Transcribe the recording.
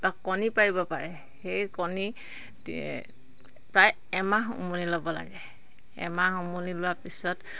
সিহঁতে কণী পাৰিব পাৰে সেই কণী প্ৰায় এমাহ উমনি ল'ব লাগে এমাহ উমনি লোৱাৰ পিছত